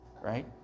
Right